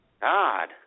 God